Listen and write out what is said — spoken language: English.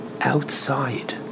Outside